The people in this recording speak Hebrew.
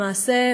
למעשה,